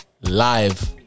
live